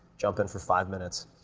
jump in for five minutes,